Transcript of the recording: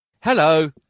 Hello